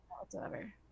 whatsoever